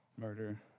Murder